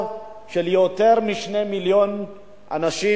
במחיר חייהם של יותר מ-2 מיליון אנשים,